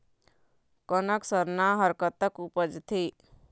कनक सरना हर कतक उपजथे?